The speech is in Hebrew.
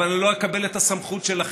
אבל אני לא אקבל את הסמכות שלכם,